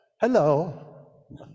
Hello